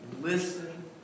Listen